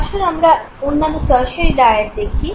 আসুন এখন আমরা অন্যান্য টারশিয়ারি ডায়াড দেখি